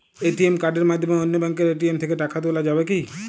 ATM কার্ডের মাধ্যমে অন্য ব্যাঙ্কের এ.টি.এম থেকে টাকা তোলা যাবে কি?